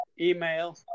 email